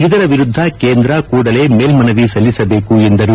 ಇದರ ವಿರುದ್ದ ಕೇಂದ್ರ ಕೂಡಲೇ ಮೇಲ್ಕವಿ ಸಲ್ಲಿಸಬೇಕು ಎಂದರು